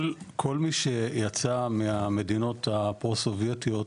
כל מי שיצא מהמדינות הפרו-סובייטיות,